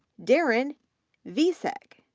darren visak,